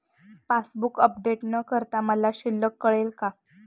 Passbook update न करता मला शिल्लक कळेल का?